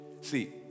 See